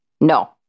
No